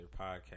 Podcast